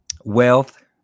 wealth